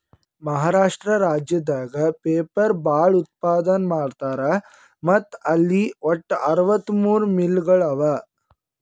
ಮಹಾರಾಷ್ಟ್ರ ರಾಜ್ಯದಾಗ್ ಪೇಪರ್ ಭಾಳ್ ಉತ್ಪಾದನ್ ಮಾಡ್ತರ್ ಮತ್ತ್ ಅಲ್ಲಿ ವಟ್ಟ್ ಅರವತ್ತಮೂರ್ ಮಿಲ್ಗೊಳ್ ಅವಾ